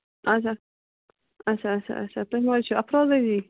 اَچھا اَچھا اَچھا اَچھا تُہۍ ما چھِ افروزا جی